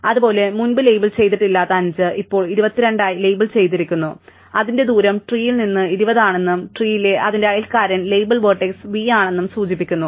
അതുപോലെ മുമ്പ് ലേബൽ ചെയ്തിട്ടില്ലാത്ത 5 ഇപ്പോൾ 22 ആയി ലേബൽ ചെയ്തിരിക്കുന്നു അതിന്റെ ദൂരം ട്രീൽ നിന്ന് 20 ആണെന്നും ട്രീലെ അതിന്റെ അയൽക്കാരൻ ലേബൽ വെർട്ടക്സ് v ആണെന്നും സൂചിപ്പിക്കുന്നു